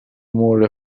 more